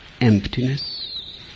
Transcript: emptiness